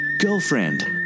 girlfriend